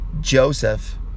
Joseph